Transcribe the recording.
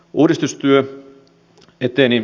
uudistustyö eteni